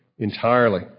entirely